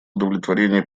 удовлетворение